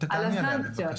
תעני עליה בבקשה.